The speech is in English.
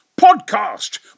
Podcast